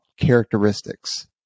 characteristics